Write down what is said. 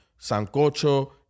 Sancocho